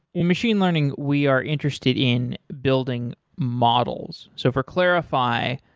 in machine learning we are interested in building models. so for clarifai,